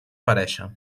aparèixer